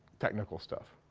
technical stuff.